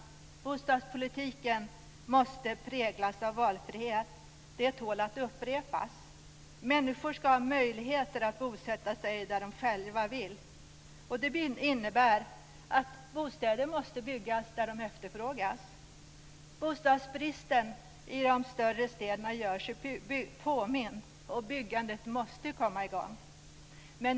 Bostadspolitiken måste präglas av valfrihet. Det tål att upprepas. Människor ska ha möjligheter att bosätta sig där de själva vill. Det innebär att bostäder måste byggas där de efterfrågas. Bostadsbristen i de större städerna gör sig påmind, och byggandet måste komma i gång.